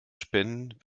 spenden